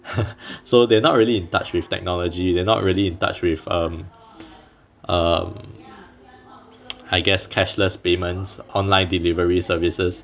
so they're not really in touch with technology they're not really in touch with um um I guess cashless payments online delivery services